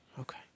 Okay